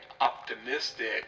optimistic